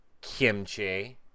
Kimchi